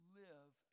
live